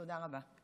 תודה רבה.